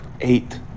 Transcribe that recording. eight